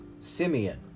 Simeon